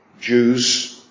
Jews